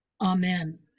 Amen